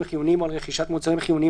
חיוניים או על רכישת מוצרים חיוניים,